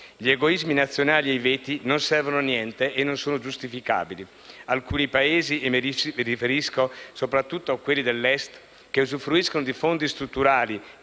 Gli egoismi nazionali e i veti non servono a niente e non sono giustificabili. Alcuni Paesi - e mi riferisco soprattutto a quelli dell'Est - che usufruiscono di fondi strutturali